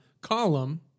column